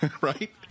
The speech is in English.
right